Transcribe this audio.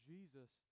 Jesus